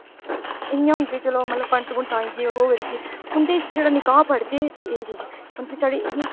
इयां होंदे चलो पंत आई गये उन्दे च छड़ा निकाह पढ़दे ते एह् चीज साढ़े इयां